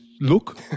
look